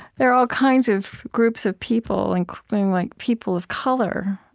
there are all kinds of groups of people, including like people of color,